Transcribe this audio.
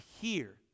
hear